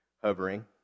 hovering